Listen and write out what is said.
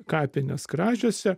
kapines kražiuose